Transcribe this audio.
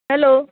hello